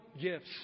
gifts